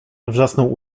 wrzasnął